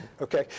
Okay